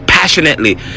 passionately